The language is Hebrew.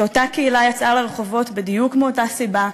כשאותה קהילה יצאה לרחובות בדיוק מאותה סיבה,